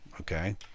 Okay